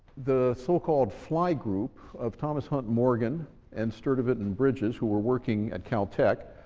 the so-called fly group of thomas hunt morgan and sturtevant and bridges, who were working at cal-tech,